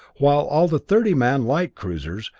while all the thirty-man light cruisers,